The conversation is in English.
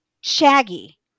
Shaggy